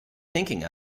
thinking